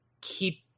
keep